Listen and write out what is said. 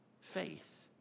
Faith